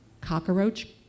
Cockroach